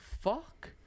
Fuck